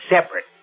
separate